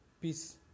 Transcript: Peace